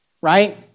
right